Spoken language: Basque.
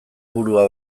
burua